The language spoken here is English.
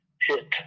hit